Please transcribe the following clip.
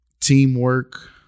teamwork